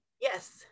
Yes